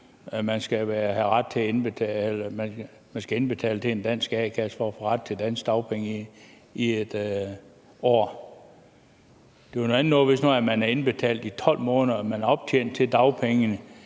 man skal indbetale til en dansk a-kasse for at få ret til danske dagpenge i 1 år. Det var noget andet, hvis man havde indbetalt i 12 måneder og havde optjent retten til dagpenge